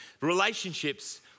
relationships